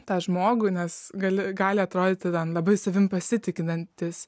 tą žmogų nes gali gali atrodyti labai savim pasitikintis